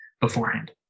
beforehand